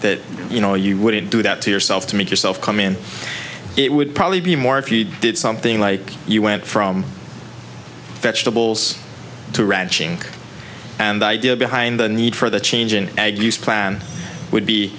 that you know you wouldn't do that to yourself to make yourself come in it would probably be more if you did something like you went from vegetables to ranching and idea behind the need for the change an egg plan would be